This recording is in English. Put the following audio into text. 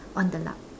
on the luck